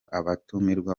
abatumirwa